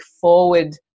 forward